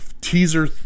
teaser